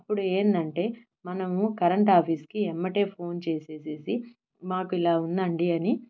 అప్పుడు ఏంటంటే మనము కరెంట్ ఆఫీస్కి ఎమ్మటే ఫోన్ చేసేసేసి మాకు ఇలా ఉందండి అని